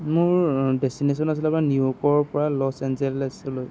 মোৰ ডেচ্টিনেশ্যন আছিলে আপোনাৰ নিউয়ৰ্কৰপৰা লচ এঞ্জেলচলৈ